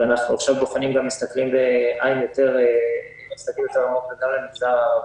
אנחנו עכשיו בוחנים ומסתכלים בעין יותר עמוקה גם על המגזר הערבי.